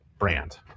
Brand